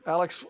Alex